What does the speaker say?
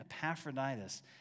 Epaphroditus